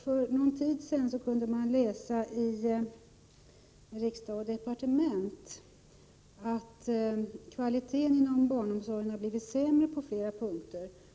För någon tid sedan stod att läsa i tidningen Riksdag & Departement att kvaliteten inom barnomsorgen på flera punkter har blivit sämre.